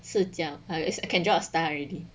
四角 you can draw a star already